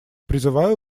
призываю